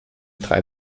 drei